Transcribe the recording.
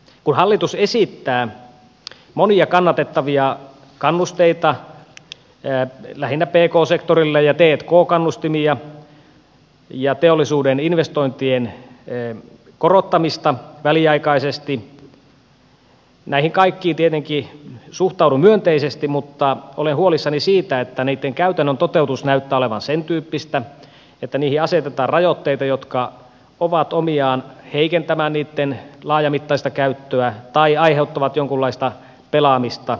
kun hallitus esittää monia kannatettavia kannusteita lähinnä pk sektorilla ja t k kannustimia ja teollisuuden investointien korottamista väliaikaisesti näihin kaikkiin tietenkin suhtaudun myönteisesti mutta olen huolissani siitä että niitten käytännön toteutus näyttää olevan sen tyyppistä että niihin asetetaan rajoitteita jotka ovat omiaan heikentämään niitten laajamittaista käyttöä tai aiheuttavat jonkunlaista pelaamista